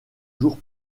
jours